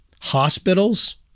hospitals